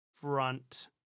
front